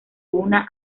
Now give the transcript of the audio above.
una